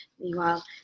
Meanwhile